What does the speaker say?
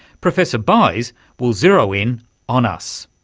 professor buys will zero in on us,